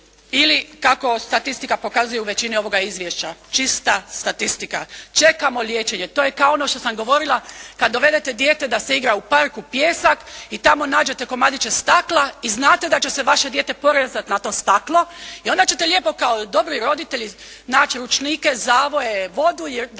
ili kako statistika pokazuje u većini ovoga izvješća čista statistika. Čekamo liječenje. To je kao ono što sam govorila kad dovedete dijete da se igra u parku, pijesak i tamo nađete komadiće stakla i znate da će se vaše dijete porezat na to staklo. I onda ćete lijepo kao dobri roditelji naći ručnike, zavoje, vodu da to